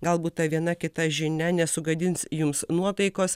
galbūt ta viena kita žinia nesugadins jums nuotaikos